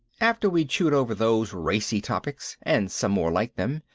after we'd chewed over those racy topics and some more like them,